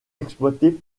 exploitée